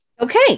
Okay